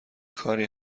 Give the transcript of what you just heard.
کاری